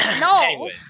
No